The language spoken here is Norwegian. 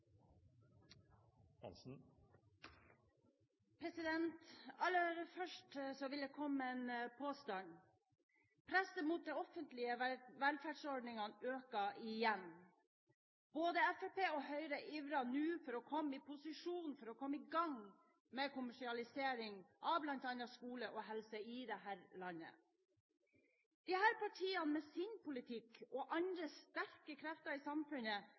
landbruket. Aller først vil jeg komme med en påstand: Presset mot de offentlige velferdsordningene øker igjen. Både Fremskrittspartiet og Høyre ivrer nå for å komme i posisjon for å komme i gang med kommersialisering av bl.a. skole og helse i dette landet. Disse partiene, med sin politikk, og andre sterke krefter i samfunnet